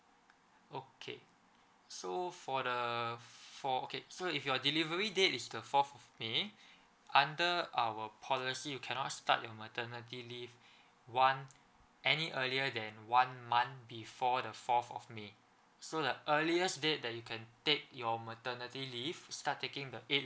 okay so for the for okay so if your delivery date is the fourth may under our policy you cannot start your maternity leave one any earlier than one month before the fourth of may so the earliest date that you can take your maternity leave start taking the eight